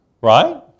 right